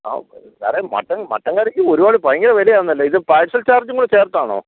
ആ സാറേ mutton mutton കറിക്ക് ഒരുപാട് ഭയങ്കര വിലയാണല്ലോ ഇത് പാർസൽ ചാർജും കൂടെ ചേർത്താണോ